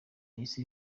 yahise